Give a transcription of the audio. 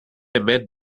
met